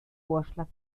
vorschlag